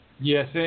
Yes